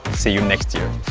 see you next year!